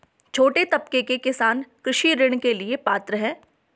छोटे तबके के किसान कृषि ऋण के लिए पात्र हैं?